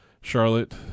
Charlotte